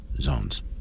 zones